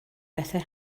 bethau